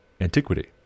antiquity